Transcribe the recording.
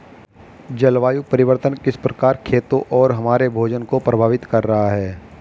जलवायु परिवर्तन किस प्रकार खेतों और हमारे भोजन को प्रभावित कर रहा है?